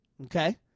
Okay